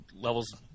levels